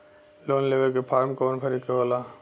Loan लेवे के form कौन भरे के होला?